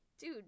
Dude